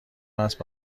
است